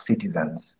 citizens